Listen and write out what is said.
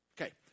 Okay